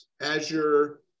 Azure